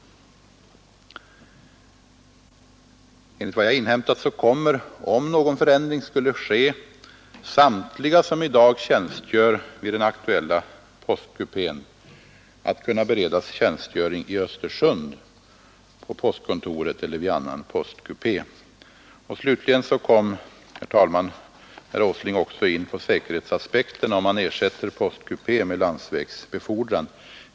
Enligt vad jag inhämtat kommer, om någon förändring skulle ske, samtliga som i dag tjänstgör vid den aktuella postkupén att kunna beredas tjänstgöring i Östersund på postkontoret eller vid annan postkupé. Slutligen kom herr Åsling också in på säkerhetsaspekterna om man ersätter postkupén med landsvägsbefordran.